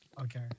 Okay